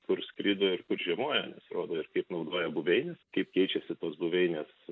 kur skrido ir kur žiemojo nes rodo ir kaip naudoja buveines kaip keičiasi tos buveinės